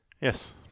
Yes